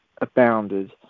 abounded